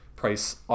Price